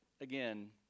again